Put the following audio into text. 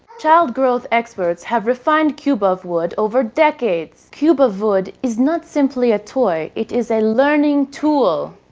child growth experts have refined cube of wood over decades. cube of wood is not simply a toy, it is a learning tool.